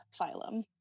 phylum